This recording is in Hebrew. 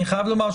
אני חייב לומר,